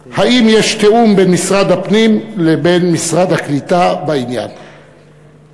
3. האם יש תיאום בין משרד הפנים לבין המשרד לקליטת העלייה בעניין?